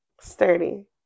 Sturdy